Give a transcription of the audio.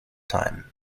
time